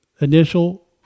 initial